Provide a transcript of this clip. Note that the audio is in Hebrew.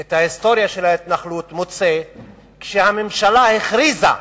את ההיסטוריה של ההתנחלות מוצא שכשהממשלה הכריזה,